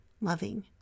loving